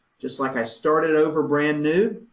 just like i started over, brand-new,